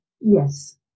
Yes